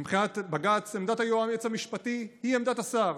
מבחינת בג"ץ עמדת היועץ המשפטי היא עמדת השר.